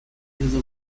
use